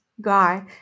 guy